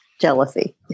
jealousy